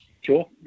Sure